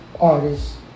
artists